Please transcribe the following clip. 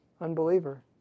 unbeliever